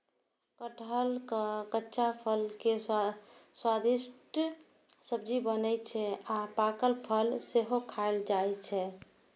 कटहलक कच्चा फल के स्वादिष्ट सब्जी बनै छै आ पाकल फल सेहो खायल जाइ छै